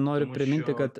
noriu priminti kad